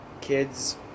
kids